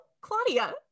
Claudia